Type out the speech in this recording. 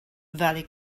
valley